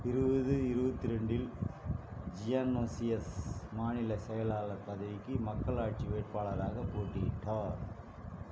இருபது இருபத்தி ரெண்டில் ஜியன்னோஸியஸ் மாநிலச் செயலாளர் பதவிக்கு மக்களாட்சி வேட்பாளராகப் போட்டியிட்டார்